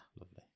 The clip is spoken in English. lovely